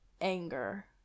anger